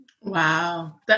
Wow